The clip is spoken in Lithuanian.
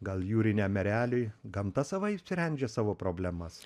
gal jūriniam ereliui gamta savaip sprendžia savo problemas